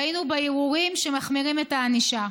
ראינו בערעורים שמחמירים את הענישה.